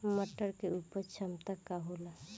मटर के उपज क्षमता का होला?